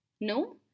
no